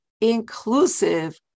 inclusive